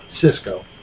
Cisco